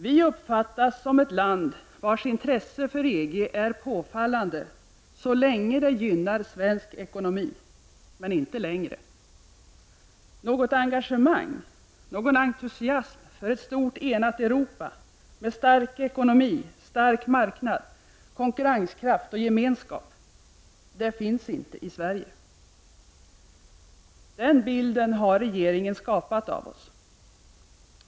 Vi uppfattas som ett land vars intresse för EG är påfallande så länge det gynnar svensk ekonomi — dit men inte längre! Något engagemang eller någon entusiasm för ett stort enat Europa med stark ekonomi, marknad, konkurrenskraft och gemenskap finns inte i Sverige. Den bilden har regeringen skapat av oss.